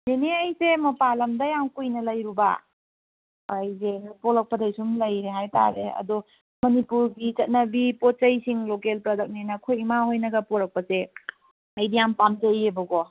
ꯅꯦꯅꯦ ꯑꯩꯁꯦ ꯃꯄꯥꯟ ꯂꯝꯗ ꯌꯥꯝ ꯀꯨꯏꯅ ꯂꯩꯔꯨꯕ ꯑꯩꯖꯦ ꯄꯣꯂꯛꯄꯗꯩ ꯁꯨꯝ ꯂꯩꯔꯦ ꯍꯥꯏꯇꯥꯔꯦ ꯑꯗꯣ ꯃꯅꯤꯄꯨꯔꯒꯤ ꯆꯠꯅꯕꯤ ꯄꯣꯠ ꯆꯩꯁꯤꯡ ꯂꯣꯀꯦꯜ ꯄ꯭ꯔꯗꯛꯅꯦꯅ ꯑꯩꯈꯣꯏ ꯏꯃꯥ ꯍꯣꯏꯅꯒ ꯄꯣꯔꯛꯄꯖꯦ ꯑꯩꯗꯤ ꯌꯥꯝ ꯄꯥꯝꯖꯩꯑꯕꯀꯣ